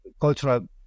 cultural